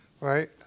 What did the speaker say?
Right